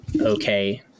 okay